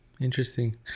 Interesting